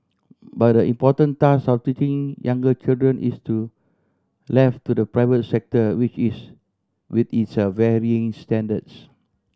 but the important task of teaching younger children is to left to the private sector which its with its a varying standards